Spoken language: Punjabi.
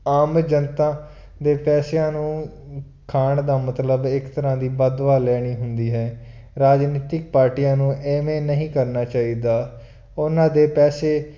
ਆਮ ਜਨਤਾ ਦੇ ਪੈਸਿਆਂ ਨੂੰ ਖਾਣ ਦਾ ਮਤਲਬ ਇੱਕ ਤਰ੍ਹਾਂ ਦੀ ਬਦ ਦੁਆ ਲੈਣੀ ਹੁੰਦੀ ਹੈ ਰਾਜਨੀਤੀਕ ਪਾਰਟੀਆਂ ਨੂੰ ਇਵੇਂ ਨਹੀਂ ਕਰਨਾ ਚਾਹੀਦਾ ਉਹਨਾਂ ਦੇ ਪੈਸੇ